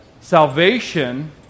salvation